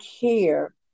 care